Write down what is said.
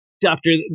Doctor